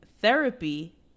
Therapy